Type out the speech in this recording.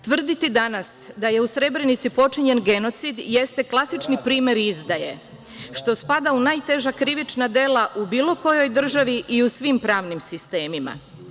Tvrditi danas da je u Srebrenici počinjen genocid jeste klasični primer izdaje, što spada u najteža krivična dela u bilo kojoj državi i u svim pravnim sistemima.